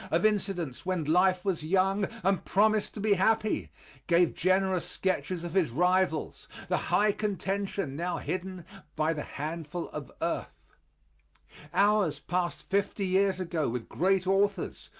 of incidents when life was young and promised to be happy gave generous sketches of his rivals the high contention now hidden by the handful of earth hours passed fifty years ago with great authors,